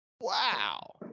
Wow